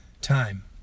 time